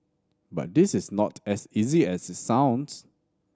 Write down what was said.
but this is not as easy as it sounds